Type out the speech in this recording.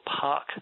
park